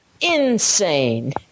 Insane